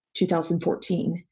2014